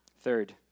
Third